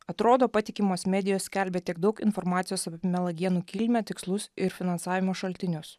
atrodo patikimos medijos skelbia tiek daug informacijos apie melagienų kilmę tikslus ir finansavimo šaltinius